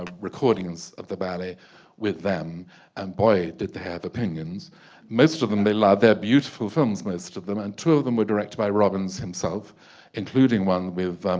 ah recordings of the ballet with them and boy did they have opinions most of them they love they're beautiful films most of them and two of them were directed by robbins himself including one with